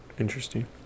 interesting